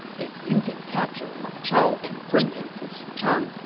if you can capture ma chao and bring him to xuchang,